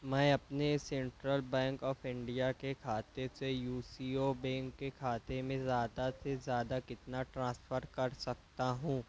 میں اپنے central bank of India کےکھاتے سے یو سی او بینک کے کھاتے میں زیادہ سے زیادہ کتنا ٹرانسفر کر سکتا ہوں